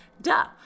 duh